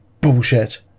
Bullshit